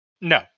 No